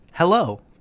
Hello